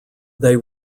they